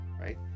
right